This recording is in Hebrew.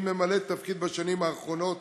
שממלאת תפקיד בשנים האחרונות